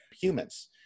humans